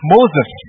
Moses